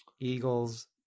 eagles